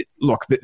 look